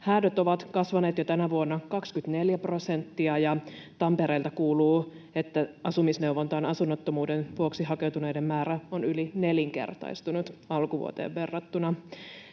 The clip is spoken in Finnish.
Häädöt ovat kasvaneet jo tänä vuonna 24 prosenttia, ja Tampereelta kuuluu, että asumisneuvontaan asunnottomuuden vuoksi hakeutuneiden määrä on yli nelinkertaistunut alkuvuoteen verrattuna.